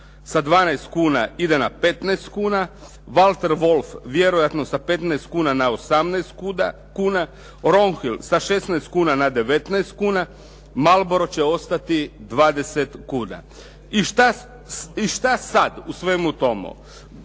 sa 12 kuna ide na 15 kuna, Walter Wolf vjerojatno sa 15 kuna na 18 kuna, Ronhill sa 16 kuna na 19 kuna, Marlboro će ostati 20 kuna. I šta sad u svemu tome?